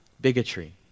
bigotry